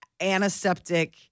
antiseptic